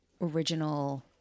original